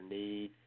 need